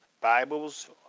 Bibles